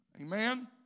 Amen